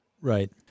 Right